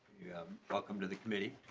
welcome to the committee.